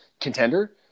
contender